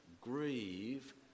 grieve